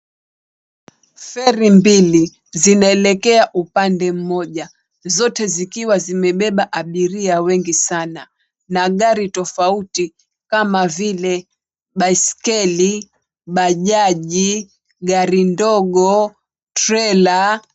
Feri mbili zikielekea upande mmoja, zote zikiwa zimebeba abiria wengi sana na gari tofauti kama vile baiskeli, bajaji, gari ndogo, trela.